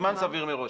זמן סביר מראש.